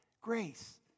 Grace